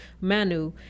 Manu